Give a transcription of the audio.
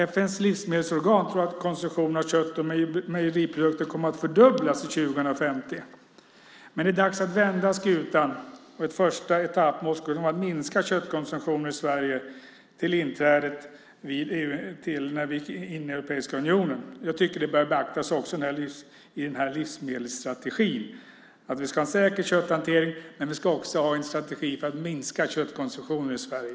FN:s livsmedelsorgan tror att konsumtionen av kött och mejeriprodukter kommer att fördubblas till 2050. Men det är dags att vända skutan, och ett första etappmål skulle kunna vara att minska köttkonsumtionen i Sverige till nivån när vi gick med i Europeiska unionen. Jag tycker att även detta ska beaktas i livsmedelsstrategin - vi ska ha en säker kötthantering, men vi ska också ha en strategi för att minska köttkonsumtionen i Sverige.